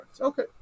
Okay